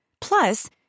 Plus